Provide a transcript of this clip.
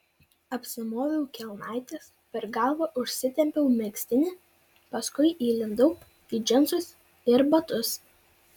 apsimoviau kelnaites per galvą užsitempiau megztinį paskui įlindau į džinsus ir batus